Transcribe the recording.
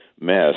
mess